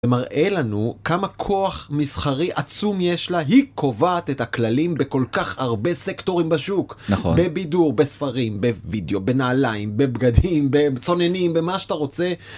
ומראה לנו כמה כוח מסחרי עצום יש לה, היא קובעת את הכללים בכל כך הרבה סקטורים בשוק. נכון. בבידור, בספרים, בווידאו, בנעליים, בבגדים, בצוננים, במה שאתה רוצה.